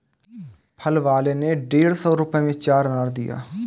फल वाले ने डेढ़ सौ रुपए में चार अनार दिया